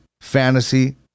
fantasy